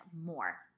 more